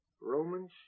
Romans